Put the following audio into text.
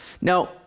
Now